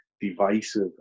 divisive